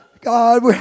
God